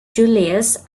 julius